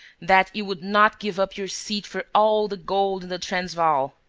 that you would not give up your seat for all the gold in the transvaal!